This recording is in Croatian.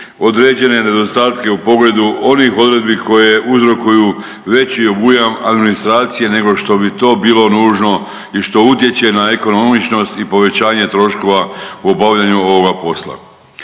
određene nedostatke u pogledu onih odredbi koje uzrokuju veći obujam administracije nego što bi to bilo nužno i što utječe na ekonomičnost i povećanje troškova u obavljanju ovoga posla.